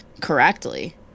correctly